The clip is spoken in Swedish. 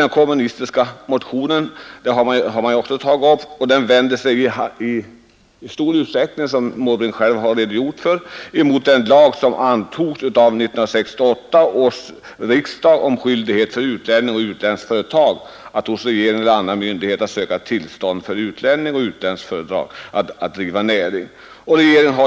Den kommunistiska motionen, som herr Måbrink har redogjort för, vänder sig i stor utsträckning mot den lag som antogs av 1968 års riksdag om skyldighet för utlänning och utländskt företag att hos regeringen eller annan myndighet söka tillstånd att här driva näring. Regeringen har